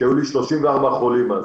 כאשר היו לי 34 חולים אז.